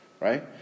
right